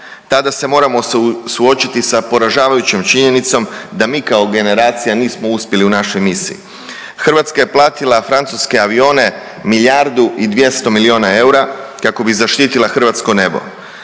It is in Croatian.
tada se moramo suočiti sa poražavajućom činjenicom da mi kao generacija nismo uspjeli u našoj misiji. Hrvatska je platila francuske avione milijardu i 200 milijuna eura kako bi zaštitila hrvatsko nebo,